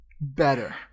Better